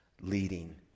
leading